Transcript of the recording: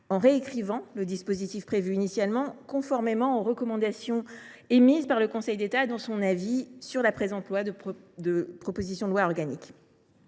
en réécrivant le dispositif initialement prévu, conformément aux recommandations émises par le Conseil d’État dans son avis sur la présente proposition de loi organique.